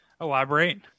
Elaborate